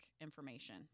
information